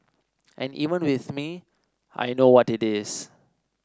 and even with me I know what it is